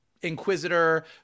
inquisitor